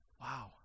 Wow